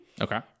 Okay